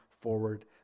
forward